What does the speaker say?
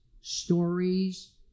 stories